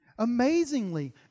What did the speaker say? Amazingly